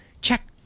check